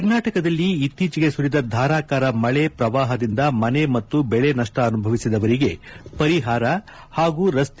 ಕರ್ನಾಟಕದಲ್ಲಿ ಇತ್ತೀಚೆಗೆ ಸುರಿದ ಧಾರಾಕಾರ ಮಳೆ ಪ್ರವಾಹದಿಂದ ಮನೆ ಮತ್ತು ಬೆಳೆ ನಷ್ಷ ಅನುಭವಿಸಿದವರಿಗೆ ಪರಿಹಾರ ಹಾಗೂ ರಸ್ತೆ